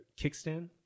kickstand